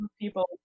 people